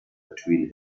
between